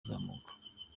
kuzamuka